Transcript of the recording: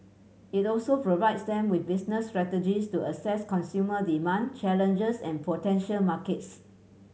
it also provides them with business strategies to assess consumer demand challenges and potential markets